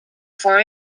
for